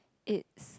it's